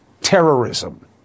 terrorism